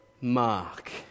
Mark